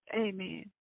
amen